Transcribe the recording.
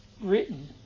written